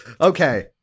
Okay